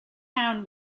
town